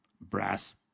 brass